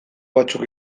batzuk